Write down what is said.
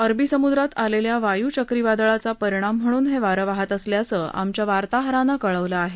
अरबी समुद्रात आलेल्या वायू चक्रीवादळाचा परिणाम म्हणून सोसा िवाचं वारे असल्याचं आमच्या वार्ताहरानं कळवलं आहे